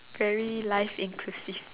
very life inclusive